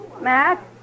Matt